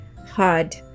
hard